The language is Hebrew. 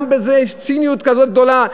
גם בזה יש ציניות כזאת גדולה,